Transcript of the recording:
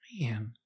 man